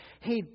hey